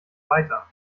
weiter